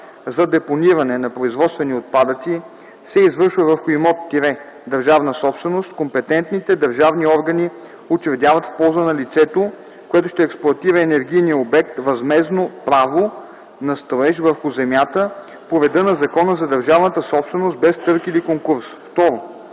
за депониране на производствени отпадъци се извършва върху имот – държавна собственост, компетентните държавни органи учредяват в полза на лицето, което ще експлоатира енергийния обект, възмездно право на строеж върху земята по реда на Закона за държавната собственост без търг или конкурс.” 2.